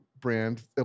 brand